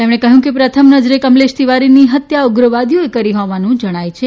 તેમણે કહ્યું કે પ્રથમ નજરે કમલેશ તિવારીની હત્યા ઉગ્રવાદીઓએ કરી હોવાનું જણાય છે